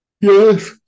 yes